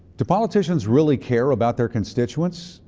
do politicians really care about their constituents,